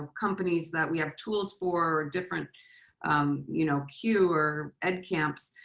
companies that we have tools for different you know q or ed camps.